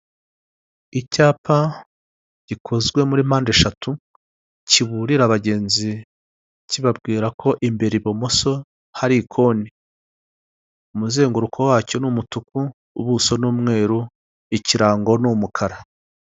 Ahantu hari habereye amatora abaturage bamwe bari kujya gutora abandi bari kuvayo ku marembo y'aho hantu hari habereye amatora hari hari banderore yanditseho repubulika y'u Rwanda komisiyo y'igihugu y'amatora, amatora y'abadepite ibihumbi bibiri na cumi n'umunani twitabire amatora duhitemo neza.